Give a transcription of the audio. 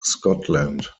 scotland